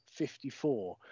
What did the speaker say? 54